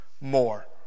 more